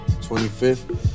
25th